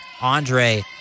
Andre